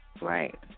Right